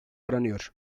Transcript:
aranıyor